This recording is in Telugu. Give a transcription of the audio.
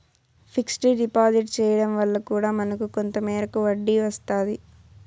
ఫిక్స్డ్ డిపాజిట్ చేయడం వల్ల కూడా మనకు కొంత మేరకు వడ్డీ వస్తాది